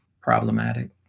Problematic